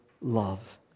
love